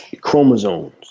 chromosomes